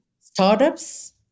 startups